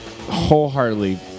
wholeheartedly